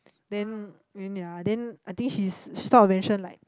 then then ya then I think she's she's sort of mention like